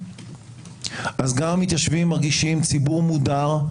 אז גם המתיישבים מרגישים ציבור מודר,